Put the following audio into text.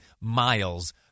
miles